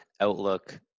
outlook